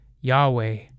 Yahweh